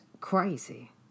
crazy